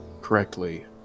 correctly